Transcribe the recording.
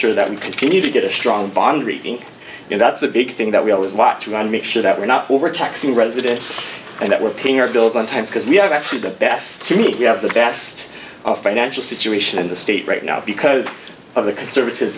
sure that we continue to get a strong bond rating and that's a big thing that we always watch you on make sure that we're not over taxing residents and that we're paying our bills on time because we have actually the best to meet we have the best financial situation in the state right now because of the conservati